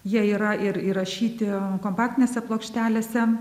jie yra ir įrašyti kompaktinėse plokštelėse